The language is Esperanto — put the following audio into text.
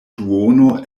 duono